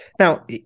Now